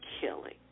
killing